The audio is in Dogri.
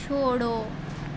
छोड़ो